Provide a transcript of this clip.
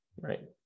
right